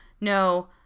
no